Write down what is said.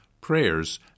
prayers